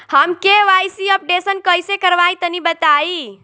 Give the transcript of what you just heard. हम KYC updation कइसे करवाई तनि बताई?